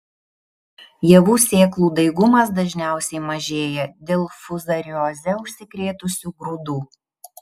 javų sėklų daigumas dažniausiai mažėja dėl fuzarioze užsikrėtusių grūdų